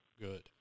good